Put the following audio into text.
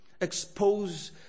expose